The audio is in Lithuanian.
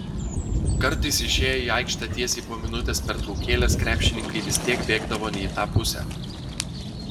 kartais išėję į aikštę tiesiai po minutės pertraukėlės krepšininkai vis tiek bėgdavo ne į tą pusę